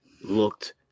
looked